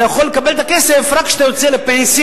אתה יכול לקבל את הכסף רק כאשר אתה יוצא לפנסיה,